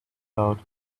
out